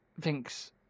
thinks